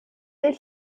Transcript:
del